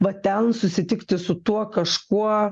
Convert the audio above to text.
va ten susitikti su tuo kažkuo